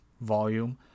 volume